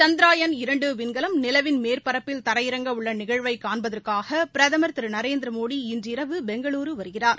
சந்திரயான் இரண்டுவிண்கலம் நிலவின் மேற்பரப்பில் தரையிறங்க உள்ளநிகழ்வைக் காண்பதற்காகபிரதமர் திருநரேந்திரமோடி இன்று இரவு பெங்களுருவருகிறார்